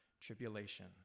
tribulation